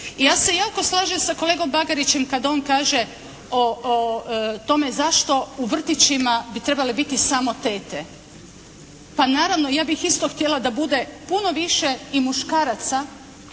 Ja se jako kažem sa kolegom Bagarićem kad on kaže o tome zašto u vrtićima bi trebale biti samo tete. Pa naravno, ja bih isto htjela da bude puno više muškaraca